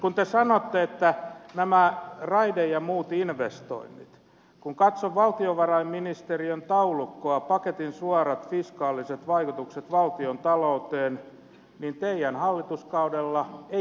kun te sanotte että nämä raide ja muut investoinnit niin kun katson valtiovarainministeriön taulukkoa paketin suorat fiskaaliset vaikutukset valtiontalouteen niin näiden investointien kohdalla teidän hallituskaudellanne ei mitään